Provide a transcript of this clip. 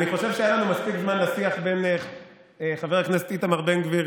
חושב שהיה לנו מספיק זמן לשיח בין חבר הכנסת איתמר בן גביר